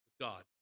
God